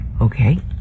Okay